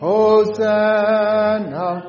Hosanna